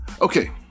Okay